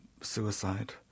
suicide